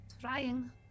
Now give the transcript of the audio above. trying